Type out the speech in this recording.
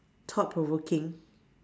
thought provoking